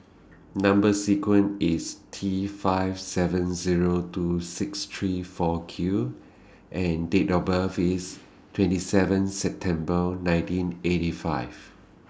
Number sequence IS T five seven Zero two six three four Q and Date of birth IS twenty seven September nineteen eighty five